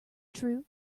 true